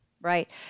Right